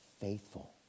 faithful